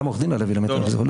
גם עורך דין הלוי, למיטב זיכרוני.